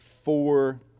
Four